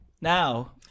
now